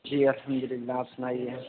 جی الحمد للہ آپ سُنائیے